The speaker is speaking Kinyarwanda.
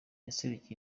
yaserukiye